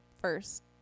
first